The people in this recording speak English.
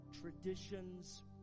traditions